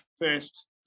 first